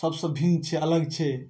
सबसँ भिन्न छै अलग छै